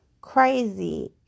crazy